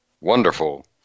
wonderful